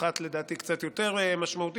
אחת לדעתי קצת יותר משמעותית,